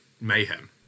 mayhem